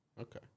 Okay